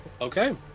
Okay